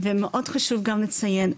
ומאוד חשוב גם לציין,